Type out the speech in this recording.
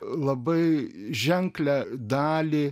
labai ženklią dalį